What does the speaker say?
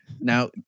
Now